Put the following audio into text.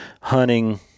hunting